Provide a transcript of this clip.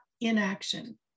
inaction